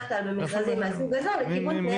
כלל במכרזים מהסוג הזה לכיוון תנאי סף מחמירים.